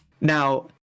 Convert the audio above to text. now